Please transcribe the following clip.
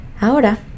Ahora